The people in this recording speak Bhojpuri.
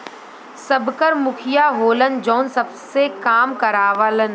सबकर मुखिया होलन जौन सबसे काम करावलन